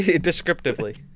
Descriptively